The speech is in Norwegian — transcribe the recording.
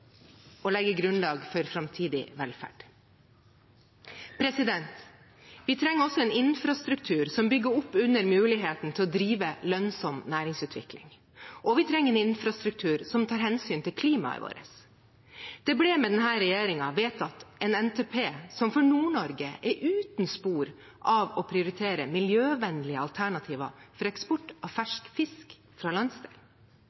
og legge grunnlag for framtidig velferd. Vi trenger også en infrastruktur som bygger opp under muligheten til å drive lønnsom næringsutvikling, og vi trenger en infrastruktur som tar hensyn til klimaet vårt. Det ble med denne regjeringen vedtatt en nasjonal transportplan som for Nord-Norge er uten spor av å prioritere miljøvennlige alternativer for eksport av